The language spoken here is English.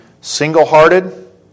single-hearted